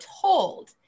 told